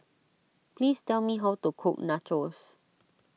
please tell me how to cook Nachos